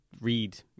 read